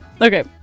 okay